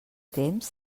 temps